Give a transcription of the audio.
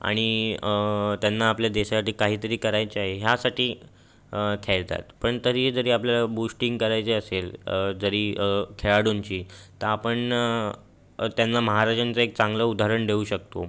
आणि त्यांना आपल्या देशासाठी काहीतरी करायचंय ह्यासाठी खेळतात पण तरीही जरी आपल्याला बूस्टिंग करायची असेल जरी खेळाडूंची तर आपण त्यांना महाराजांचं एक चांगलं उदाहरण देऊ शकतो